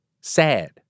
sad